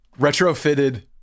retrofitted